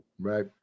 right